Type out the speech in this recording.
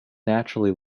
naturally